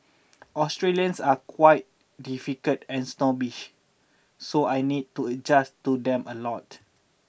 Australians are quite difficult and snobbish so I need to adjust to them a lot